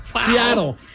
Seattle